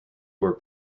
were